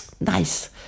Nice